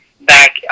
back